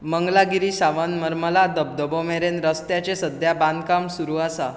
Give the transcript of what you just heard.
मंगलागिरी सावन मर्माला धबधबो मेरेन रस्त्याचें सध्या बांदकाम सुरू आसा